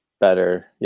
better